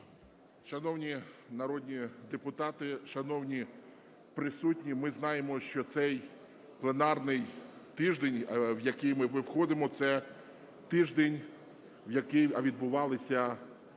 Шановні народні депутати, шановні присутні! Ми знаємо, що цей пленарний тиждень, в який ми входимо, це тиждень, в який відбувалися